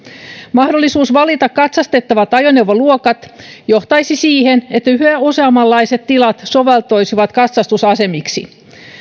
mahdollisuus valita katsastettavat ajoneuvoluokat johtaisi siihen että yhä useammanlaiset tilat soveltuisivat katsastusasemiksi